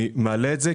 אני מעלה את זה,